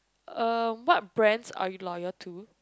uh what brands are you loyal to